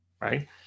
right